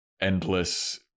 endless